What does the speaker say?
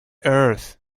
earth